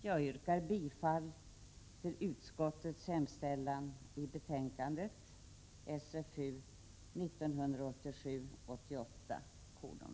Jag yrkar bifall till socialförsäkringsutskottets hemställan i betänkandet 1987/88:15.